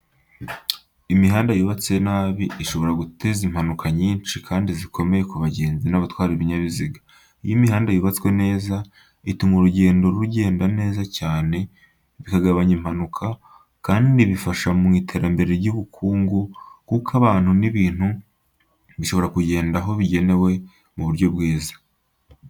Imihanda yubatse nabi ishobora guteza impanuka nyinshi kandi zikomeye ku bagenzi n'abatwara ibinyabiziga. Iyo imihanda yubatswe neza, ituma urugendo rugenda neza cyane, bikagabanya impanuka, kandi bifasha mu iterambere ry'ubukungu kuko abantu n'ibintu bishobora kugera aho bigenewe mu buryo bwiza.